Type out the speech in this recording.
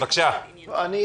הדוברים.